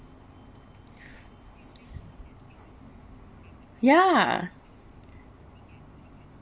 yeah